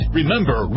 Remember